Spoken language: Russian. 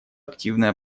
активное